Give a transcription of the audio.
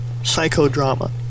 psychodrama